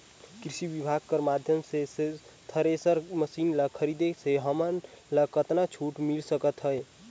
कृषि विभाग कर माध्यम से थरेसर मशीन ला खरीदे से हमन ला कतका छूट मिल सकत हे?